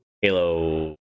Halo